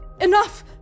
enough